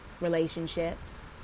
relationships